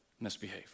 misbehave